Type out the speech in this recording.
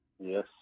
Yes